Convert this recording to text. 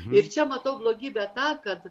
ir čia matau blogybę tą kad